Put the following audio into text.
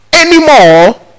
anymore